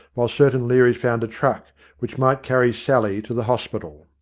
while certain learys found a truck which might carry sally to the hospital.